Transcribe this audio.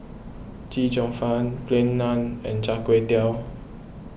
Chee Cheong Fun Plain Naan and Char Kway Teow